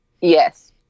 Yes